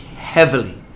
heavily